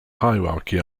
hierarchy